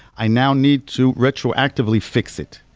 i now need to retroactively fix it.